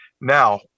Now